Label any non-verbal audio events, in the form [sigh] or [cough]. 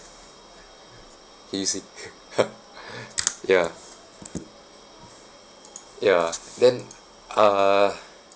can you see [laughs] ya ya then uh